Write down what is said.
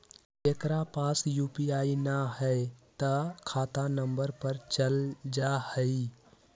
जेकरा पास यू.पी.आई न है त खाता नं पर चल जाह ई?